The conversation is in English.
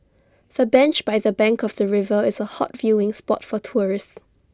the bench by the bank of the river is A hot viewing spot for tourists